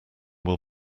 will